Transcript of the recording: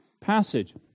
passage